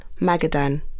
Magadan